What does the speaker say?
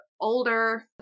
older